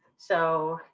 so,